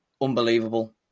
unbelievable